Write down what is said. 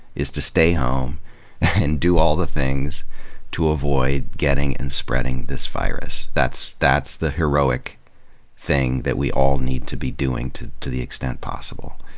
is to stay home and do all the things to avoid getting and spreading the virus. that's that's the heroic thing that we all need to be doing to to the extent possible